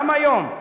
גם היום,